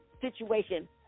situation